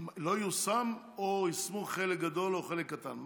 לא יושם או יישמו חלק גדול או חלק קטן?